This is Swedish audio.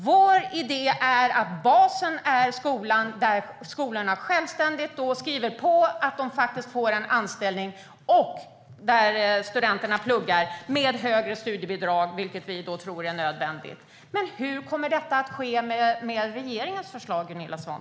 Vår idé är att basen är skolorna, som självständigt skriver på att de får en anställning och att studenterna pluggar med högre studiebidrag, vilket vi tror är nödvändigt. Hur kommer detta att ske med regeringens förslag, Gunilla Svantorp?